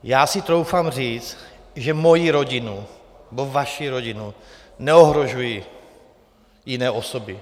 Já si troufám říct, že moji rodinu nebo vaši rodinu neohrožují jiné osoby.